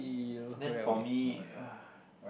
then for me uh